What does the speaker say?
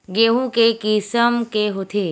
गेहूं के किसम के होथे?